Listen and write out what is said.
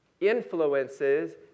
influences